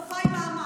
זאת שפה עם מעמד.